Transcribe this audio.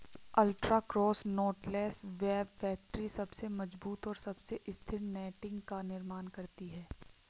ultra cross knotless web factory सबसे मजबूत और सबसे स्थिर नेटिंग का निर्माण करती है